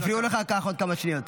הפריעו לך, קח עוד כמה שניות.